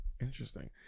Interesting